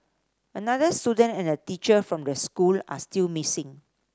another student and a teacher from the school are still missing